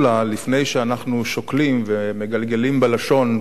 לפני שאנחנו שוקלים ומגלגלים בלשון כל מיני